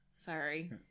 Sorry